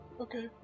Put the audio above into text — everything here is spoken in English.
okay